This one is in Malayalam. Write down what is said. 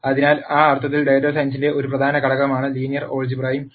അതിനാൽ ആ അർത്ഥത്തിൽ ഡാറ്റാ സയൻസിന്റെ ഒരു പ്രധാന ഘടകമാണ് ലീനിയർ ആൾജിബ്രയും